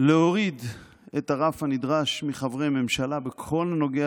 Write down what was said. להוריד את הרף הנדרש מחברי ממשלה בכל הנוגע